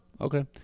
Okay